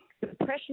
depression